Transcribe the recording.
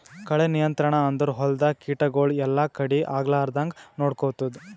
ಕಳೆ ನಿಯಂತ್ರಣ ಅಂದುರ್ ಹೊಲ್ದಾಗ ಕೀಟಗೊಳ್ ಎಲ್ಲಾ ಕಡಿ ಆಗ್ಲಾರ್ದಂಗ್ ನೊಡ್ಕೊತ್ತುದ್